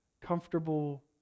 comfortable